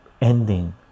ending